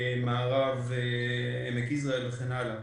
מערב עמק יזרעאל וכן הלאה.